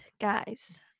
guys